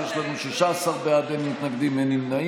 אז יש לנו 16 בעד, אין מתנגדים, אין נמנעים.